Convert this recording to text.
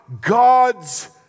god's